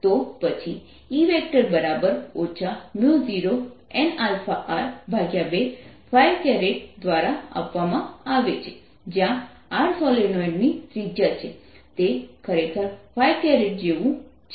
dBdt0nα તો પછી E 0nαR2 દ્વારા આપવામાં આવે છે જ્યાં R સોલેનોઇડની ત્રિજ્યા છે તે ખરેખર જેવું છે